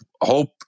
Hope